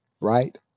right